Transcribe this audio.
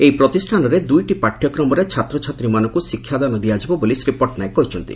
ଏହି ପ୍ରତିଷ୍ଠାନରେ ଦୁଇଟି ପାଠ୍ୟକ୍ରମରେ ଛାତ୍ରଛାତ୍ରୀମାନଙ୍କୁ ଶିକ୍ଷାଦାନ ଦିଆଯିବ ବୋଲି ଶ୍ରୀ ପଟ୍ଟନାୟକ କହିଛନ୍ତି